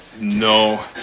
No